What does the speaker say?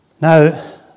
Now